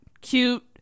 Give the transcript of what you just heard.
cute